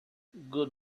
good